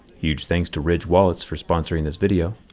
huge thanks to ridge wallets for sponsoring this video.